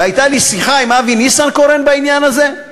והייתה לי שיחה עם אבי ניסנקורן בעניין הזה,